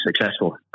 successful